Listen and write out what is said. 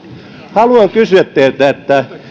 haluan kysyä teiltä